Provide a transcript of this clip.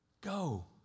Go